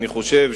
אני חושב,